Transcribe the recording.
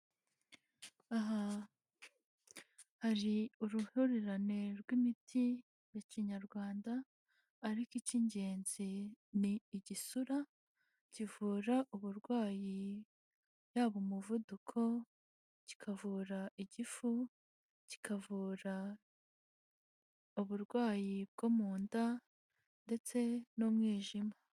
Aha hari uruhurirane rw'imiti ya kinyarwanda, ariko icy'ingenzi ni igisura, kivura uburwayi yaba umuvuduko, kikavura igifu, kikavura uburwayi bwo mu nda ndetse n'umwijima.